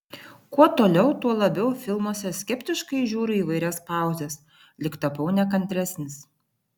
kuo toliau tuo labiau filmuose skeptiškai žiūriu į įvairias pauzes lyg tapau nekantresnis